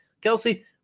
kelsey